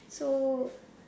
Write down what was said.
so